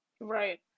right